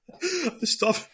stop